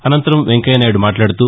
అనంతరం వెంకయ్య నాయుడు మాట్లాడుతూ